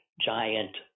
giant